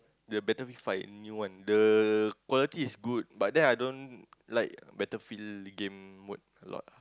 the battlefield fight new one the quality is good but then I don't like battlefield game mode a lot ah